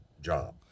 job